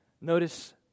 Notice